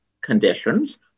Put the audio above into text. conditions